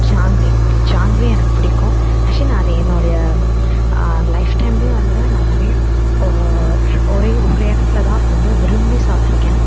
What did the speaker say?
ஜாங்கிரி ஜாங்கிரி எனக்கு பிடிக்கும் ஆக்சுவலி நான் அதை என்னோடைய லைஃப் டைமில் வந்து நான் ஒரே ஓ ஒரே ஒரு இடத்துல தான் ரொம்ப விரும்பி சாப்பிட்ருக்கேன்